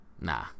nah